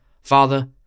Father